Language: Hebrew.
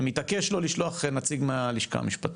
מתעקש לא לשלוח נציג מהלשכה המשפטית.